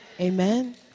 Amen